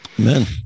Amen